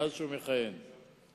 מאז שהוא מכהן בה.